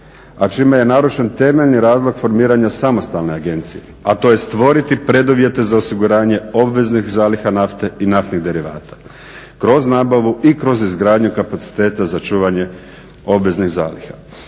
a čime je narušen temeljni razlog formiranja samostalne agencije a to je stvoriti preduvjete za osiguranje obveznih zaliha nafte i naftnih derivata kroz nabavu i kroz izgradnju kapaciteta za čuvanje obveznih zaliha.